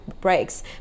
breaks